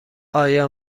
آیا